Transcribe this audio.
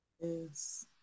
Yes